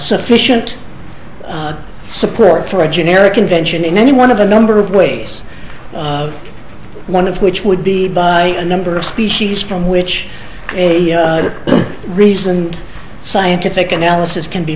sufficient support for a generic convention in any one of a number of ways one of which would be by a number of species from which a recent scientific analysis can be